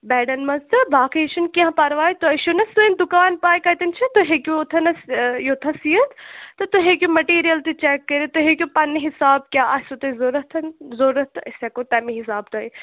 بٮ۪ڈن منٛز تہٕ باقٕے چھُنہٕ کیٚنٛہہ پرواے تۄہہِ چھُنَہ سٲنۍ دُکان پَے کَتٮ۪ن چھِ تۄہہِ ہیٚکِو اوتھنس یوتھس یِتھ تہٕ تۄہہِ ہیٚکِو مٹیٖرل تہِ چَک کٔرِتھ تۄہہِ ہیٚکِو پںٛنہِ حِساب کیٛاہ آسوٕ تۄہہِ ضوٚرَتھ ضوٚرَتھ تہٕ أسۍ ہٮ۪کو تَمے حِساب تۄہہِ